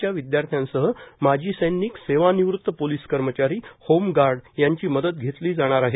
च्या विदयाश्र्यांसह माजी सैनिक सेवानिवृत्त पोलीस कर्मचारी होमगार्ड यांची मदत घेतली जाणार आहे